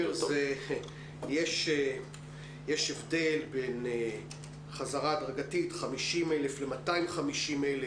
יש הבדל בין חזרה הדרגתית 50 אלף, ל-250 אלף.